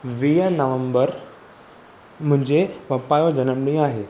वीह नवंबर मुंहिंजे पपा जो जनमु ॾींहुं आहे